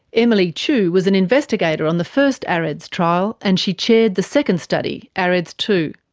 emily chew was an investigator on the first areds trial, and she chaired the second study, areds two.